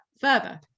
further